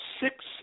six